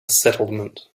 settlement